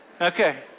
Okay